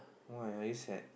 you very sad